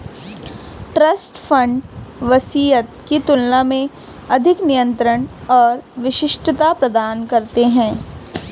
trust fund वसीयत की तुलना में अधिक नियंत्रण और विशिष्टता प्रदान करते हैं